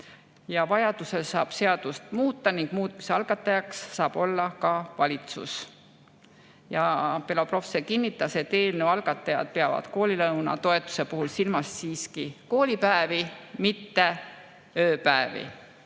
Vajaduse korral saab seadust muuta ning muutmise algatajaks saab olla ka valitsus. Belobrovtsev kinnitas, et eelnõu algatajad peavad koolilõuna toetuse puhul silmas siiski koolipäevi, mitte ööpäevi,